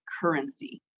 currency